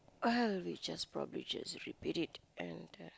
uh we just probably just repeat it and